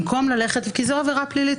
זו עבירה פלילית,